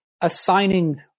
assigning